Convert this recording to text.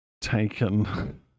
taken